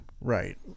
Right